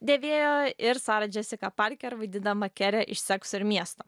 dėvėjo ir sara džesika parker vaididama kerę iš sekso ir miesto